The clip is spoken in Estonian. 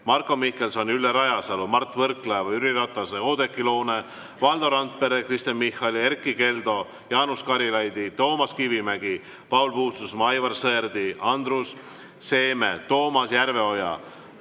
Marko Mihkelsoni, Ülle Rajasalu, Mart Võrklaeva, Jüri Ratase, Oudekki Loone, Valdo Randpere, Kristen Michali, Erkki Keldo, Jaanus Karilaidi, Toomas Kivimägi, Paul Puustusmaa, Aivar Sõerdi, Andrus Seeme, Toomas Järveoja,